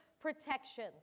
protection